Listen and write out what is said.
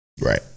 right